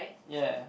ya